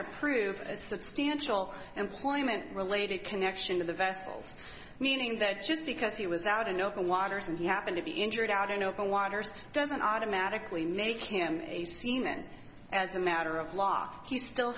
to prove a substantial employment related connection to the vessels meaning that just because he was out in open waters and you happen to be injured out in open waters doesn't automatically make him a steamin as a matter of lock he still